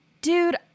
dude